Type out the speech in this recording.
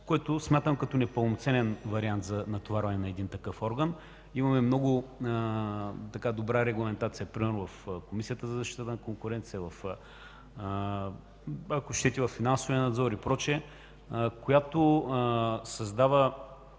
това за непълноценен вариант за натоварването на такъв орган. Имаме много добра регламентация примерно в Комисията за защита на конкуренцията, във Финансовия надзор и прочее, която създава